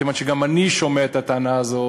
כיוון שגם אני שומע את הטענה הזו,